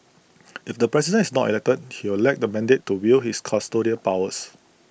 if the president is not elected he will lack the mandate to wield his custodial powers